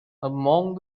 among